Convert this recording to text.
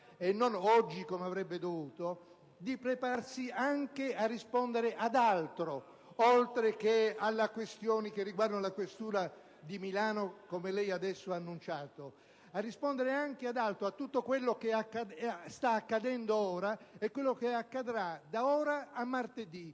e non oggi, come avrebbe dovuto, di prepararsi anche a rispondere ad altro, oltre che alle questioni che hanno riguardato la questura di Milano, come lei adesso ha annunciato, quindi a tutto quello che sta accadendo ora e che accadrà da ora a martedì.